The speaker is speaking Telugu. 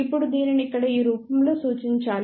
ఇప్పుడు దీనిని ఇక్కడ ఈ రూపంలో సూచించాలి